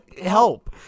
help